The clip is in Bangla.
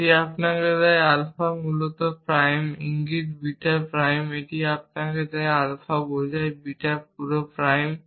এটি আপনাকে দেয় আলফা প্রাইম ইঙ্গিত বিটা প্রাইম বা এটি আপনাকে দেয় আলফা বোঝায় বিটা পুরো প্রাইম